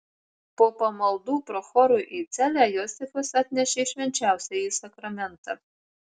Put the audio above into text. po pamaldų prochorui į celę josifas atnešė švenčiausiąjį sakramentą